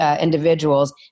Individuals